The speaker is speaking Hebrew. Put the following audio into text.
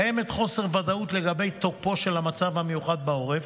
קיים חוסר ודאות לגבי תוקפו של המצב המיוחד בעורף,